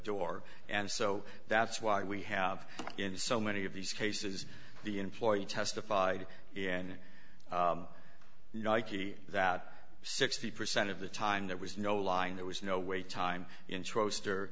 door and so that's why we have in so many of these cases the employee testified in nike that sixty percent of the time there was no line there was no wait time intro